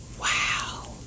Wow